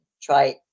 try